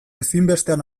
ezinbestean